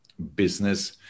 business